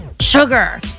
sugar